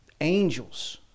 Angels